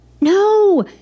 No